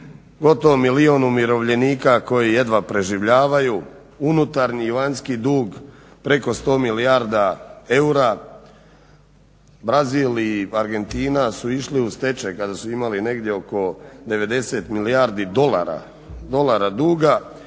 gotovo milijun umirovljenika koji jedva preživljavaju, unutarnji i vanjski dug preko 100 milijarda eura. Brazil i Argentina su išli u stečaj kada su imali negdje oko 90 milijardi dolara duga.